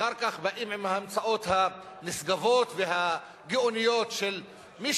ואחר כך באים עם ההמצאות הנשגבות והגאוניות שמי